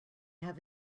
have